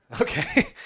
Okay